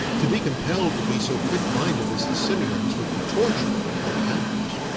to be compelled to be so quick-minded as the simians would be torture, to cows.